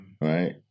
right